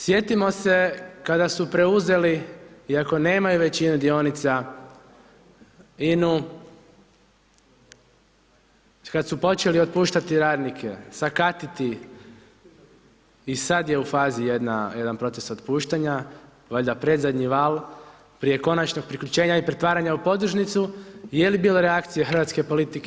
Sjetimo se kada su preuzeli, iako nemaju većinu dionica, INA-u, kad su počeli otpuštati radnike, sakatiti i sad je u fazi jedan proces otpuštanja, valjda predzadnji val prije konačnog priključenja i pretvaranja u podružnicu, je li bilo reakcije hrvatske politike?